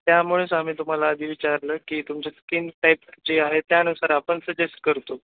त्यामुळेच आम्ही तुम्हाला आधी विचारलं की तुमची स्कीन टाईप जे आहे त्यानुसार आपण सजेस्ट करतो